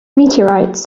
meteorites